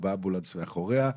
הוא באמבולנס מאחוריה.